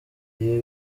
ibi